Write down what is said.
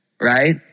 right